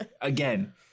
again